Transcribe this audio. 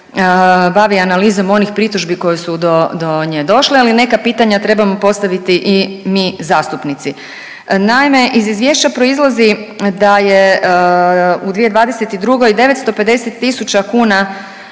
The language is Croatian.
bavi analizom onih pritužbi koje su do nje došle, ali neka pitanja trebamo postaviti i mi zastupnici. Naime, iz izvješća proizlazi da je u 2022. 950 tisuća kuna